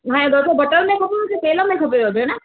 हा ये लोचो बटर में खपेव की तेल में खपेव भेण